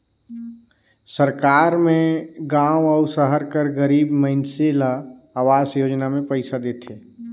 सरकार में गाँव अउ सहर कर गरीब मइनसे ल अवास योजना में पइसा देथे